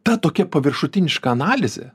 ta tokia paviršutiniška analizė